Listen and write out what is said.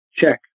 Check